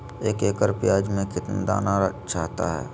एक एकड़ प्याज में कितना दाना चाहता है?